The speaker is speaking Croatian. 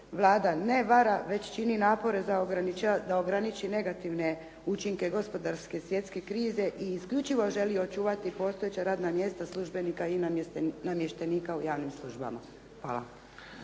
Vlada ne vara, već čini napore da ograniči negativne učinke gospodarske svjetske krize i isključivo želi očuvati postojeća radna mjesta službenika i namještenika u javnim službama. Hvala.